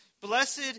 Blessed